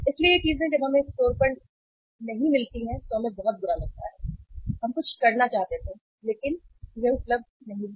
इसलिए ये चीजें जब हम स्टोर पर नहीं पाते हैं तो हमें बहुत बुरा लगता है कि हम कुछ करना चाहते थे लेकिन यह उपलब्ध नहीं है